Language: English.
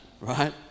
right